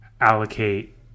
allocate